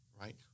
right